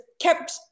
kept